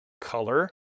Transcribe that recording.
color